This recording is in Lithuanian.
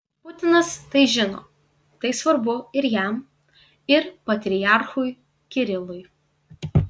putinas tai žino tai svarbu ir jam ir patriarchui kirilui